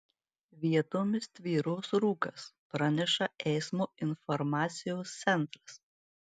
vietomis tvyros rūkas praneša eismo informacijos centras